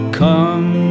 come